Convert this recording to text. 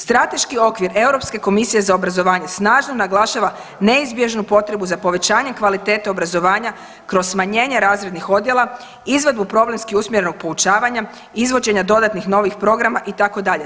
Strateški okvir Europske komisije za obrazovanje snažno naglašava neizbježnu potrebu za povećanje kvalitete obrazovanja kroz smanjenje razrednih odjela, izvedbu problemski usmjerenog poučavanja, izvođenja dodatnih novih programa itd.